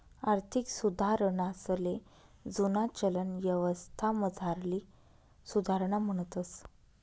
आर्थिक सुधारणासले जुना चलन यवस्थामझारली सुधारणा म्हणतंस